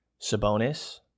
Sabonis